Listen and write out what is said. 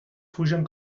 fugen